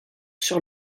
sur